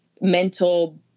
mental